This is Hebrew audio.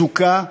זוכה,